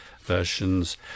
versions